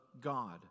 God